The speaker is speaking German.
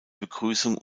begrüßung